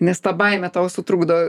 nes ta baimė tau sutrukdo